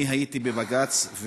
אני הייתי בבג"ץ,